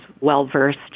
well-versed